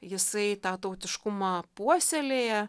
jisai tą tautiškumą puoselėja